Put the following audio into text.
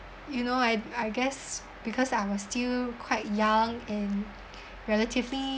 you know I I guess because I was still quite young and relatively